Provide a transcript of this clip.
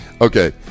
okay